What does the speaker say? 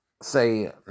Say